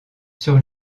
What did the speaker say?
sur